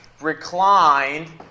reclined